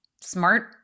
smart